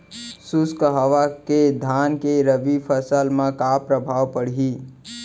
शुष्क हवा के धान के रबि फसल मा का प्रभाव पड़ही?